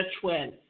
twin